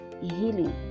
healing